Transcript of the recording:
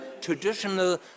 traditional